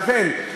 תודה.